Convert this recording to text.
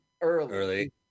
Early